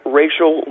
racial